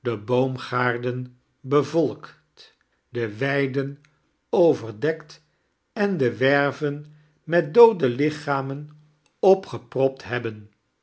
de boomgaarden bevolkt de weiden ovardekt en de werven met doode liehaman opgepropt hebben